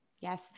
Yes